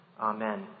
Amen